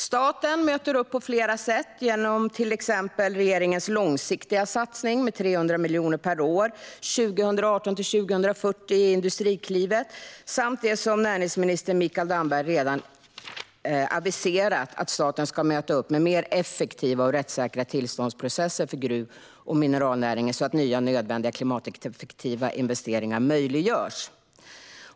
Staten möter upp på flera sätt, till exempel genom regeringens långsiktiga satsning med 300 miljoner kronor per år 2018-2040 i Industriklivet samt det som näringsminister Mikael Damberg redan har aviserat, nämligen att staten ska möta upp med mer effektiva och rättssäkra tillståndsprocesser för gruv och mineralnäringen så att nya nödvändiga och klimateffektiva investeringar möjliggörs.